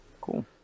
Cool